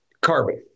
carbon